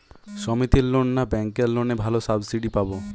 সমিতির লোন না ব্যাঙ্কের লোনে ভালো সাবসিডি পাব?